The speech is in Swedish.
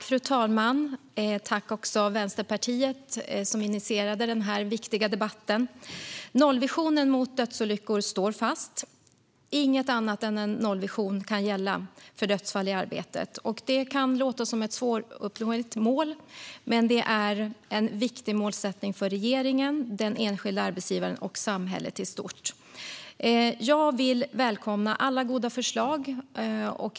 Fru talman! Tack till Vänsterpartiet, som initierade denna viktiga debatt! Nollvisionen mot dödsolyckor står fast. Inget annat än en nollvision kan gälla för dödsfall i arbetet. Det kan låta som ett svåruppnåeligt mål, men det är en viktig målsättning för regeringen, den enskilda arbetsgivaren och samhället i stort. Jag vill välkomna alla goda förslag.